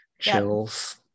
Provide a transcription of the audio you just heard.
chills